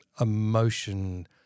Emotion